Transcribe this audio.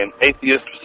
atheist